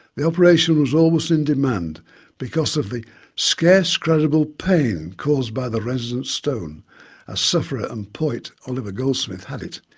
the operation was always in demand because of the scarce credible pain caused by the resident stone as ah sufferer and poet oliver goldsmith had it.